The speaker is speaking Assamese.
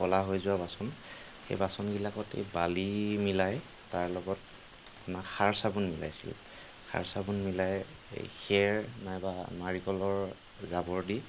ক'লা হৈ যোৱা বাচন সেই বাচনবিলাকত এই বালি মিলাই তাৰ লগত খাৰ চাবোন মিলাইছিল খাৰ চাবোন মিলাই খেৰ নাইবা নাৰিকলৰ জাবৰ দি